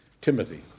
Timothy